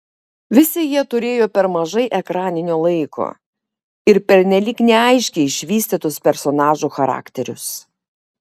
visi jie turėjo per mažai ekraninio laiko ir pernelyg neaiškiai išvystytus personažų charakterius